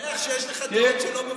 אני שמח שיש לך דעות שלא מבוססות על כלום.